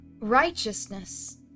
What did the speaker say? Righteousness